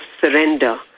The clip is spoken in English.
surrender